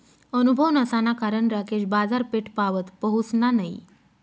अनुभव नसाना कारण राकेश बाजारपेठपावत पहुसना नयी